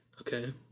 Okay